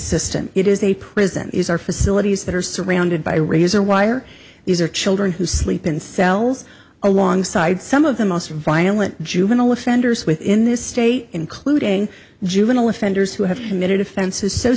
system it is a prison is our facilities that are surrounded by razor wire these are children who sleep in cells alongside some of the most violent juvenile offenders within this state including juvenile offenders who have committed offenses so